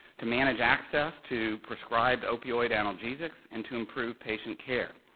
to manage access to prescribed opioid analgesics, and to improve patient care.